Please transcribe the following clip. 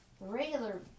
regular